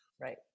Right